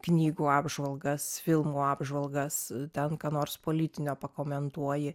knygų apžvalgas filmų apžvalgas ten ką nors politinio pakomentuoji